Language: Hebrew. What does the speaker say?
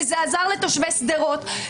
וזה עזר לתושבי שדרות.